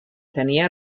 tenia